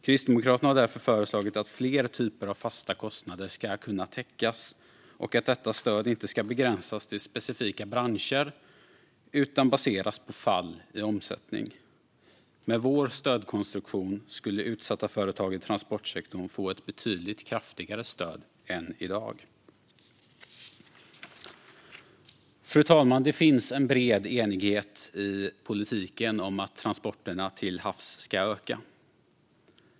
Kristdemokraterna har därför föreslagit att fler fasta kostnader ska kunna täckas och att detta stöd inte ska begränsas till specifika branscher utan baseras på fall i omsättning. Med vår stödkonstruktion skulle utsatta företag i transportsektorn få ett betydligt kraftigare stöd än de kan få i dag. Fru talman! Det finns en bred enighet i politiken om att transporterna till havs ska öka.